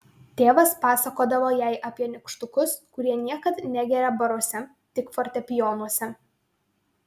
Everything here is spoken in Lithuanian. tėvas pasakodavo jai apie nykštukus kurie niekad negerią baruose tik fortepijonuose